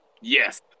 Yes